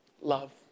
love